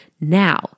Now